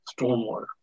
stormwater